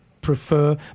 prefer